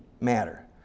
matter